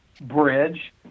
bridge